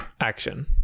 action